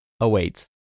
Await